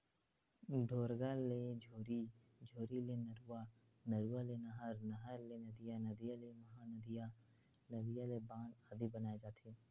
ढोरगा ले झोरी, झोरी ले नरूवा, नरवा ले नहर, नहर ले नदिया, नदिया ले महा नदिया, नदिया ले बांध आदि बनाय जाथे